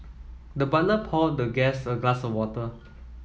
the butler poured the guest a glass of water